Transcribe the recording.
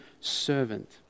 servant